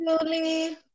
Julie